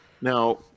Now